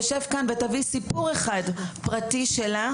ואם תיקחו מנהלת מעון אחת שתשב כאן ותביא סיפור אחד פרטי שלה,